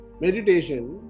meditation